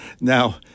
Now